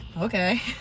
okay